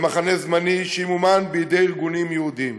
למחנה זמני שימומן בידי ארגונים יהודיים.